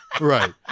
Right